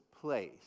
place